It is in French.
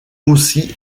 aussi